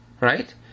Right